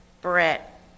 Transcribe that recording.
Brett